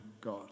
God